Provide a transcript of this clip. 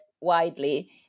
widely